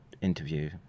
interview